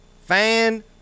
fan